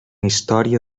història